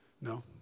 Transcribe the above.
No